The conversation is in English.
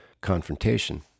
confrontation